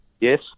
Yes